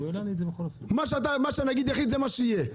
מה שהנגיד יחליט זה מה שיהיה.